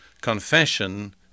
Confession